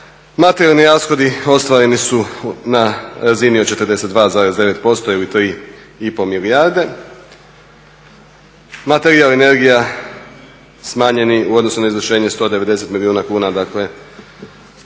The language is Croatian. Materijalni rashodi ostvareni su na razini od 42,9% ili 3,5 milijarde. Materijal … smanjeni u odnosu na izvršenje 190 milijuna kuna, dakle